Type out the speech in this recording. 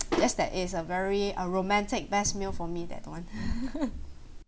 just that it's a very a romantic best meal for me that [one]